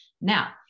Now